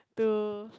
to